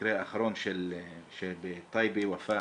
המקרה האחרון בטייבה, ופא